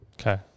Okay